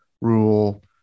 rule